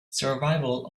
survival